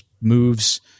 moves